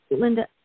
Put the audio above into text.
Linda